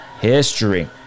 history